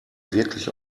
wirklich